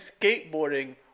skateboarding